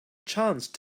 chance